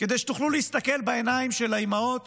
כדי שתוכלו להסתכל בעיניים של האימהות